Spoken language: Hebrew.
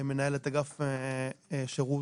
מנהלת אגף שירות